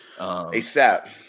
ASAP